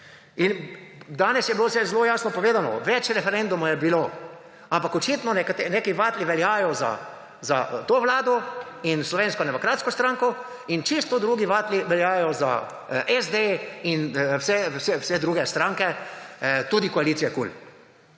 danes je bilo zelo jasno povedano, več referendumov je bilo, ampak očitno neki vatli veljajo za to vlado in Slovensko demokratsko stranko in čisto drugi vatli veljajo za SD in vse druge stranke, tudi koalicije KUL.